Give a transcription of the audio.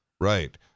Right